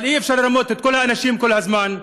אבל אי-אפשר לרמות את כל האנשים כל הזמן.